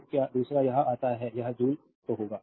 तो क्या दूसरा यह आता है यह जूल तो होगा